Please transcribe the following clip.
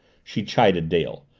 she chided dale.